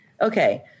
Okay